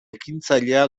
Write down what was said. ekintzailea